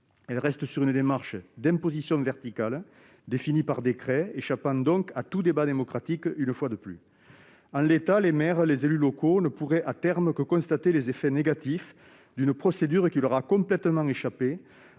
est restée dans une démarche d'imposition verticale définie par décret, échappant donc à tout débat démocratique, une fois de plus. En l'état, les maires, les élus locaux, ne pourraient à terme que constater les effets négatifs d'une procédure qui leur a complètement échappé,